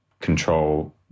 control